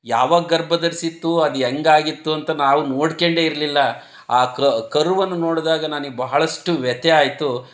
ಯಾವಾಗ ಗರ್ಭ ಧರಿಸಿತ್ತು ಅದು ಹೆಂಗಾಗಿತ್ತು ಅಂತ ನಾವು ನೋಡ್ಕಂಡೇ ಇರಲಿಲ್ಲ ಆ ಕರುವನ್ನು ನೋಡಿದಾಗ ನನಗೆ ಬಹಳಷ್ಟು ವ್ಯಥೆ ಆಯಿತು